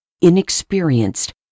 inexperienced